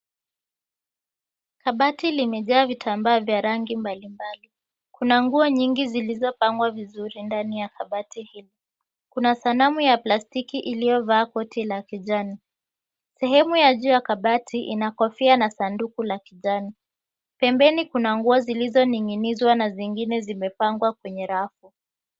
Kibati limejaa vitambaa vya rangi mbalimbali kuna nguo nyingi zilizopangwa vizuri ndani ya kabati hilo, kuna sanamu ya plastiki iliyovaa koti la kijani. Sehemu ya juu ya kabati ina kofia na sanduku la kijani, pembeni kuna nguo zilizoning'inizwa na zengine zimepangwa kwenye rafu.